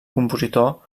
compositor